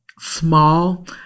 small